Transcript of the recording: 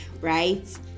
right